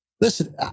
Listen